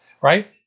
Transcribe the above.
right